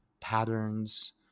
Patterns